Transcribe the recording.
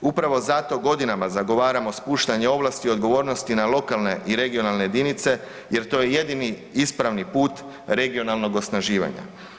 Upravo zato godinama zagovaramo spuštanje ovlasti i odgovornosti na lokalne i regionalne jedinice jer to je jedini ispravni put regionalnog osnaživanja.